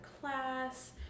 class